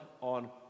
on